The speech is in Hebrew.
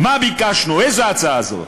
מה ביקשנו, איזו הצעה זאת?